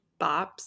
bops